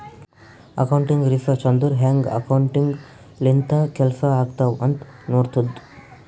accounting research ಅಂದುರ್ ಹ್ಯಾಂಗ್ accounting ಲಿಂತ ಕೆಲ್ಸಾ ಆತ್ತಾವ್ ಅಂತ್ ನೋಡ್ತುದ್